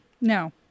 No